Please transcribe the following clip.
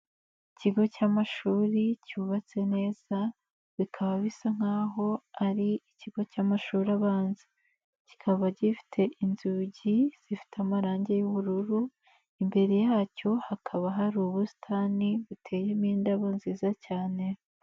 Ikigo cy'amashuri cyubatse neza bikaba bisa nk'aho ari ikigo cy'amashuri abanza, kikaba gifite inzugi zifite amarange y'ubururu, imbere yacyo hakaba hari ubusitani buteyemo indabo nziza cyane.